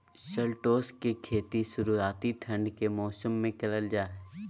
shallots के खेती शुरुआती ठंड के मौसम मे करल जा हय